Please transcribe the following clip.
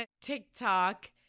TikTok